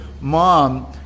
mom